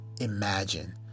imagine